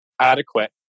adequate